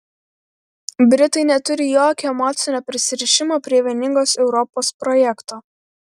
britai neturi jokio emocinio prisirišimo prie vieningos europos projekto